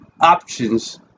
options